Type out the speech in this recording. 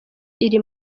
iri